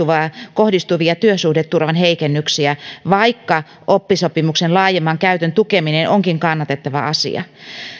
kohdistuvia työsuhdeturvan heikennyksiä vaikka oppisopimuksen laajemman käytön tukeminen onkin kannatettava asia